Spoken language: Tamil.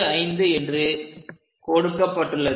75 என்று கொடுக்கப்பட்டுள்ளது